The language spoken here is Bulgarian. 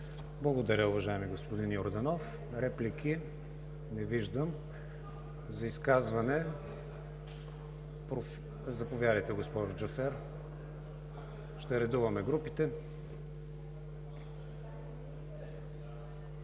Благодаря, уважаеми господин Йорданов. Реплики? Не виждам. За изказване – заповядайте, госпожо Джафер. Ще редуваме групите.